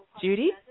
Judy